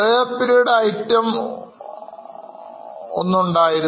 Prior period items ഒന്നു ഉണ്ടായിരുന്നു